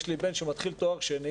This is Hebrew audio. יש לי בן שמתחיל תואר שני